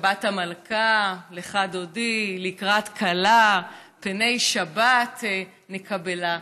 שבת המלכה, לכה דודי לקראת כלה, פני שבת נקבלה.